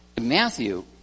Matthew